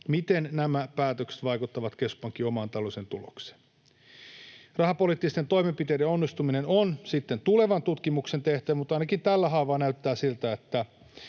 miten nämä päätökset vaikuttavat keskuspankin omaan taloudelliseen tulokseen. Rahapoliittisten toimenpiteiden onnistuminen on sitten tulevan tutkimuksen tehtävä, mutta ainakin tällä haavaa viimeisimpien